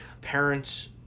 Parents